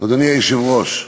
אדוני היושב-ראש,